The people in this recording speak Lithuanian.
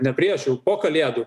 ne prieš jau po kalėdų